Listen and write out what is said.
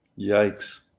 Yikes